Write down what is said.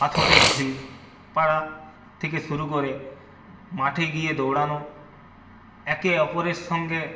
পাথরের ঢিল পাড়া থেকে শুরু করে মাঠে গিয়ে দৌড়ানো একে অপরের সঙ্গে